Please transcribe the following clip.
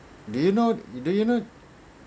do you know do you know